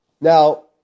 Now